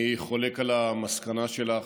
אני חולק על המסקנה שלך